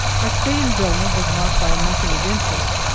our stay in vilna was marked by nothing of interest.